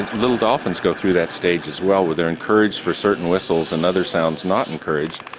little dolphins go through that stage as well where they are encouraged for certain whistles and other sounds not encouraged,